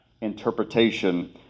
interpretation